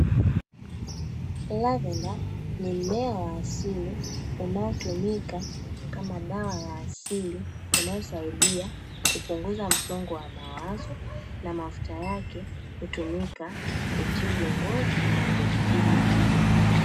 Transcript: Lavenda (lavender), ni mmea wa asili unaotumika kama dawa ya asili inayo saidia, kupunguza msongo wa mawazo, na mafuta yake hutumika kutibu ngozi, na kutibu vidonda.